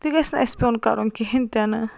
تہِ گَژھہِ نہٕ اَسہِ پیٚون کَرُن کِہیٖنۍ تہِ نہٕ